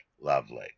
Lovely